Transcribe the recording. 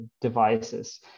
devices